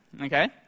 okay